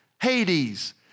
Hades